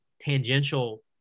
tangential